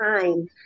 time